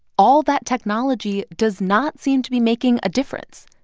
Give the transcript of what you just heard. all that technology does not seem to be making a difference.